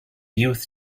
youth